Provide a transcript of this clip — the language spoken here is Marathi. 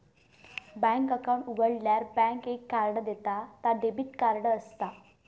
बॅन्क अकाउंट उघाडल्यार बॅन्क एक कार्ड देता ता डेबिट कार्ड असता